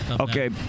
Okay